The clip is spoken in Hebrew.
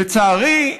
לצערי,